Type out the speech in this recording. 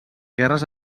guerres